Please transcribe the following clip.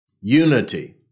Unity